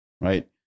right